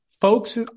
folks